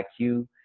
IQ